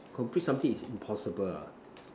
complete something is impossible ah